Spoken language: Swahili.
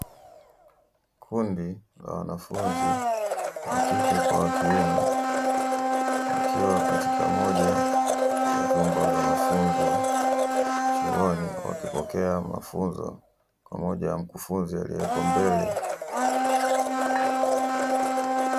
Kundi la wanafunzi wa kike kwa wa kiume wakiwa katika moja ya vyombo vya mafunzo chuoni, wakipokea mafunzo pamoja na mkufunzi aliyeko mbele.